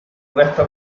resto